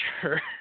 sure